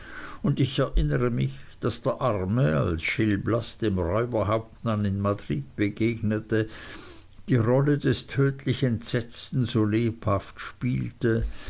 und ich erinnere mich daß der arme als gil blas dem räuberhauptmann in madrid begegnete die rolle des tötlich entsetzten so lebhaft spielte